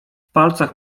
palcach